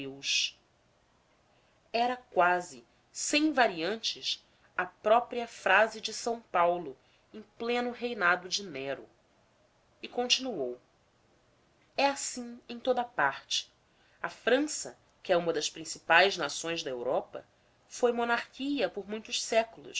deus era quase sem variantes a própria frase de s paulo em pleno reinado de nero e continuou é assim em toda parte a frança que é uma das principais nações da europa foi monarquia por muitos séculos